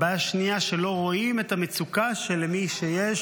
הבעיה השנייה, שלא רואים את המצוקה של מי שיש